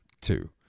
two